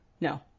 No